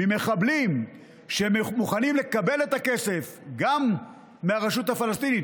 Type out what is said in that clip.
מחבלים שמוכנים לקבל את הכסף גם מהרשות הפלסטינית,